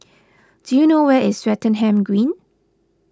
do you know where is Swettenham Green